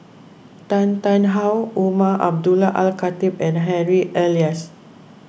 Tan Tarn How Umar Abdullah Al Khatib and Harry Elias